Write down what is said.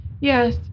yes